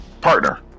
partner